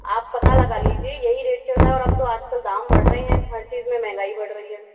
आप पता लगा लीजिए यही रेट चल रहा है और अब तो आज कल दाम बढ़ रहे है हर चीज में महंगाई बढ़ रही है